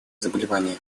заболевания